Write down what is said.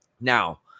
Now